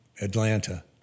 Atlanta